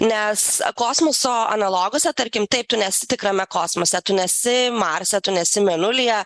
nes kosmoso analoguose tarkim taip tu nesi tikrame kosmose tu nesi marse tu nesi mėnulyje